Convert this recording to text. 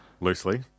loosely